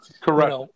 correct